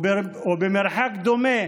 ובמרחק דומה,